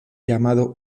llamado